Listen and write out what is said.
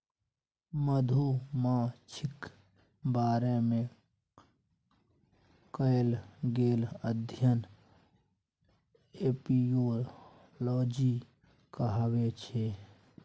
मधुमाछीक बारे मे कएल गेल अध्ययन एपियोलाँजी कहाबै छै